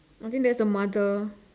I think that's the mother